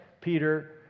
Peter